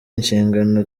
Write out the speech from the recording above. inshingano